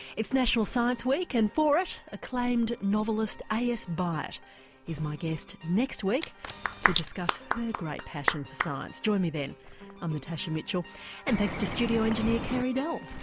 it's national science week and for it acclaimed novelist as byatt is my guest next week to discuss her great passion for science. join me then i'm natasha mitchell and thanks to studio engineer carey dell